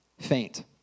faint